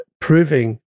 proving